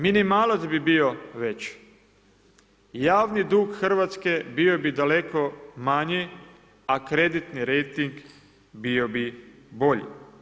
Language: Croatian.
Minimalac bi bio veći i javni dug Hrvatske bio bi daleko manji, a kreditni rejting bio bi bolji.